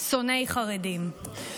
שונאי חרדים.